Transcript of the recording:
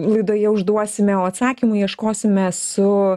laidoje užduosime o atsakymų ieškosime su